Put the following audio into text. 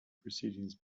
proceedings